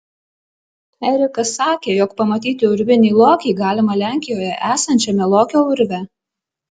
erikas sakė jog pamatyti urvinį lokį galima lenkijoje esančiame lokio urve